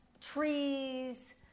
trees